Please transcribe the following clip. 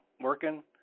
working